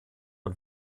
und